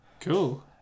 Cool